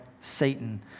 Satan